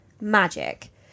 magic